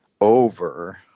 over-